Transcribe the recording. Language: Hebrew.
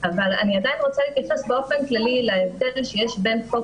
אבל אני עדיין רוצה להתייחס באופן כללי להבדל שיש בין חוק